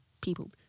people